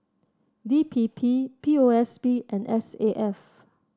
D P P P O S B and S A F